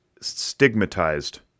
stigmatized